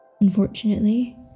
unfortunately